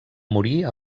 morir